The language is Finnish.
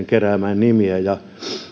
keräämään nimiä ja